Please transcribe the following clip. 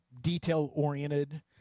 detail-oriented